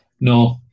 no